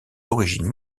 d’origine